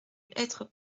hêtre